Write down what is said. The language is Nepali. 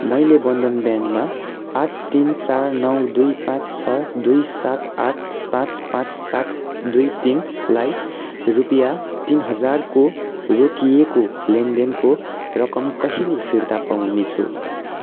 मैले बन्धन ब्याङ्कमा आठ तिन चार नौ दुई पाँच छ दुई सात आठ पाँच पाँच सात दुई तिनलाई रुपियाँ तिन हजारको रोकिएको लेनदेनको रकम कहिले फिर्ता पाउनेछु